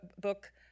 book